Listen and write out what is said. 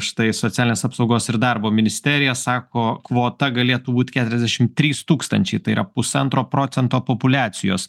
štai socialinės apsaugos ir darbo ministerija sako kvota galėtų būti keturiasdešim trys tūkstančiai tai yra pusantro procento populiacijos